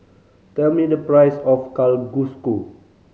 tell me the price of Kalguksu